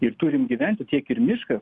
ir turim gyventi tiek ir miškas